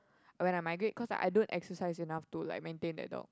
when I migrate cause I don't exercise enough to like maintain that dog